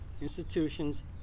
institutions